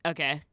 Okay